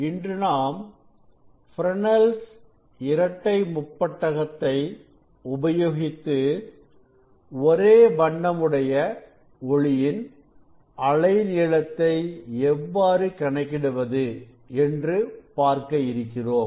இன்று நாம் Frenel's இரட்டை முப்பட்டகத்தை உபயோகித்து ஒரே வண்ணம் உடைய ஒளியின் அலை நீளத்தை எவ்வாறு கணக்கிடுவது என்று பார்க்க இருக்கிறோம்